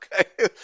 okay